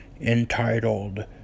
entitled